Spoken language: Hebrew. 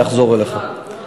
אני אחזור אליך.